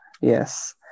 Yes